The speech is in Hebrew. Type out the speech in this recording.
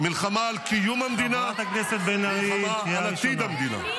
מלחמה על קיום המדינה, מלחמה על עתיד המדינה.